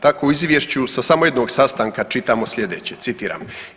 Tako u izvješću sa samo jednog sastanka čitamo slijedeće, citiram.